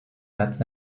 that